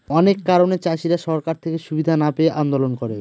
অনেক কারণে চাষীরা সরকার থেকে সুবিধা না পেয়ে আন্দোলন করে